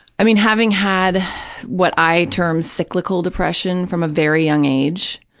i mean, having had what i term cyclical depression from a very young age,